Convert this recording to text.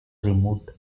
removed